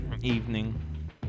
evening